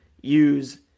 use